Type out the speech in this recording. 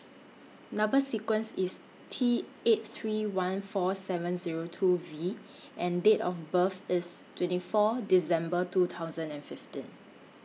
Number sequence IS T eight three one four seven Zero two V and Date of birth IS twenty four December two thousand and fifteen